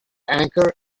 anchor